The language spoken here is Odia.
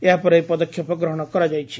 ଏହାପରେ ଏହି ପଦକ୍ଷେପ ଗ୍ରହଣ କରାଯାଇଛି